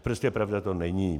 Prostě pravda to není.